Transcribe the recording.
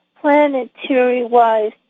planetary-wise